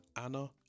Anna